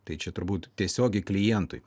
tai čia turbūt tiesiogiai klientui